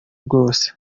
bwose